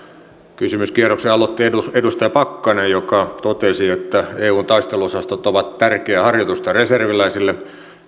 kysymyskierroksen aloitti edustaja pakkanen joka totesi että eun taisteluosastot ovat tärkeää harjoitusta reserviläisille